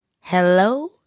Hello